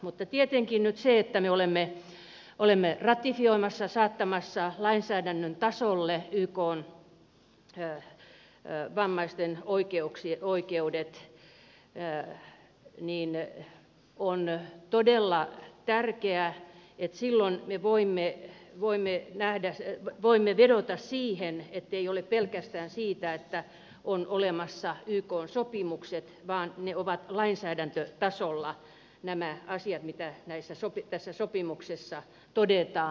mutta tietenkin nyt kun me olemme ratifioimassa saattamassa lainsäädännön tasolle ykn vammaisten oikeudet on todella tärkeää että me voimme vedota siihen ettei ole pelkästään niin että on olemassa ykn sopimukset vaan että ne ovat lainsäädäntötasolla nämä asiat mitä tässä sopimuksessa todetaan